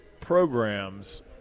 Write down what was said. programs